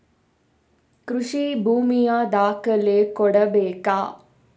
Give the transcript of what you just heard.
ಕೃಷಿ ಭೂಮಿಯ ದಾಖಲೆ ಕೊಡ್ಬೇಕಾ?